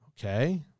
Okay